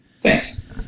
Thanks